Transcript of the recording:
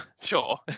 Sure